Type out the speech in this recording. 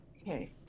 Okay